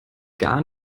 gar